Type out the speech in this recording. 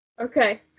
Okay